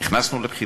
נכנסנו לבחירות,